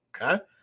Okay